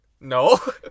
No